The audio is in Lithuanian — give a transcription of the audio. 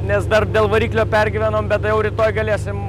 nes dar dėl variklio pergyvenom bet tai jau rytoj galėsim